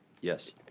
Yes